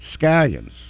scallions